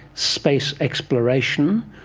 space exploration,